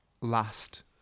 last